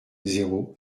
zéro